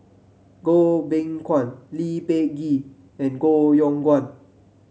Goh Beng Kwan Lee Peh Gee and Koh Yong Guan